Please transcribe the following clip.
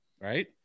Right